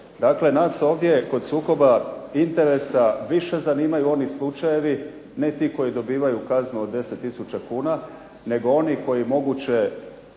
Dakle, nas ovdje kod sukoba interesa više zanimaju oni slučajevi, ne ti koji dobivaju kaznu od 10 tisuća kuna, nego oni koji moguće